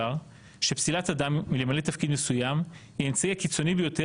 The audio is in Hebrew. שפסילת אדם מלמלא תפקיד מסוים היא האמצעי הקיצוני ביותר